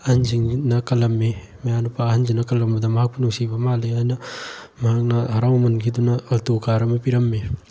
ꯑꯍꯟꯁꯤꯅ ꯀꯜꯂꯝꯃꯤ ꯃꯌꯥꯅꯨꯄꯥ ꯑꯍꯜꯗꯨꯅ ꯀꯜꯂꯝꯕꯗ ꯃꯍꯥꯛꯄꯨ ꯅꯨꯡꯁꯤꯕ ꯃꯥꯜꯂꯤ ꯍꯥꯏꯃ ꯃꯍꯥꯛꯅ ꯍꯔꯥꯎꯃꯟꯈꯤꯗꯨꯅ ꯑꯜꯇꯣ ꯀꯥꯔ ꯑꯃ ꯄꯤꯔꯝꯃꯤ